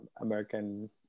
American